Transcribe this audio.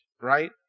right